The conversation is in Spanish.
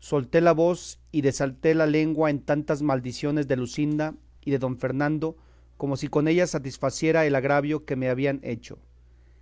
solté la voz y desaté la lengua en tantas maldiciones de luscinda y de don fernando como si con ellas satisficiera el agravio que me habían hecho